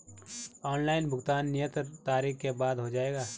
Online भुगतान नियत तारीख के बाद हो जाएगा?